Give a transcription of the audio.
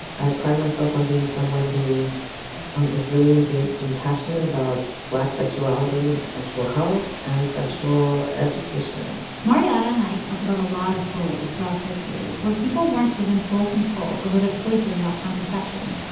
i pride myself on being someone who um is really engaged and passionate about black sexuality and sexual health and sexual education mariotta and i talked about a lot of stories throughout history where people weren't given full control over their choices about contraception.